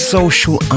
Social